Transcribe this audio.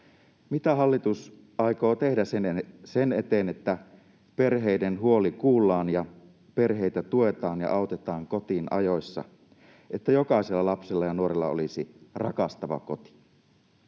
Mitä hallitus aikoo tehdä sen eteen, että perheiden huoli kuullaan ja perheitä tuetaan ja autetaan kotiin ajoissa, että jokaisella lapsella ja nuorella olisi rakastava koti?